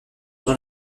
dans